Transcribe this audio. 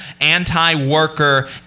anti-worker